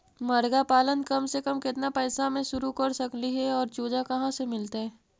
मरगा पालन कम से कम केतना पैसा में शुरू कर सकली हे और चुजा कहा से मिलतै?